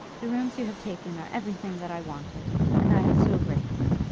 the rooms you have taken are everything that i wanted, and i am so grateful!